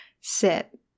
sit